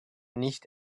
nicht